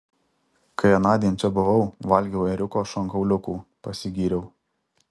kai anądien čia buvau valgiau ėriuko šonkauliukų pasigyriau